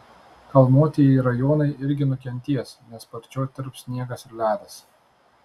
kalnuotieji rajonai irgi nukentės nes sparčiau tirps sniegas ir ledas